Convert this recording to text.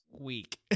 week